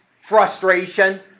frustration